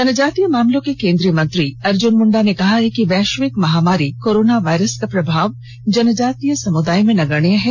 जनजातीय मामलों के केन्द्रीय मंत्री अर्जुन मुंडा ने कहा है कि यैथ्विक महामारी कोरोना वायरस का प्रभाव जनजातीय समुदाय में नगण्य है